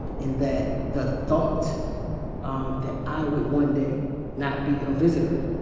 and that the thought that i would one day not be a visitor,